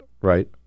right